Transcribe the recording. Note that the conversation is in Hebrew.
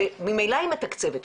שממילא היא מתקצבת אותם.